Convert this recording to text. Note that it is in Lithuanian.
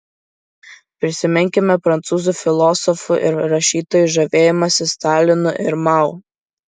prisiminkime prancūzų filosofų ir rašytojų žavėjimąsi stalinu ir mao